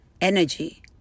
energy